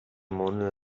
moon